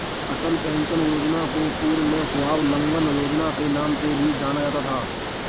अटल pension योजना को पूर्व में स्वाबलंबन योजना के नाम से भी जाना जाता था